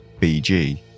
BG